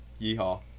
Yeehaw